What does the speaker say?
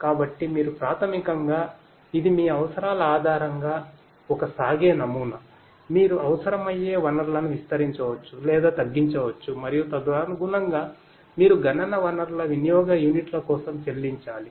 కాబట్టి మీరు ప్రాథమికంగా ఇది మీ అవసరాల ఆధారంగా ఒక సాగే నమూనా మీరు అవసరమయ్యే వనరులను విస్తరించవచ్చు లేదా తగ్గించవచ్చు మరియు తదనుగుణంగా మీరు గణన వనరుల వినియోగ యూనిట్ల కోసం చెల్లించాలి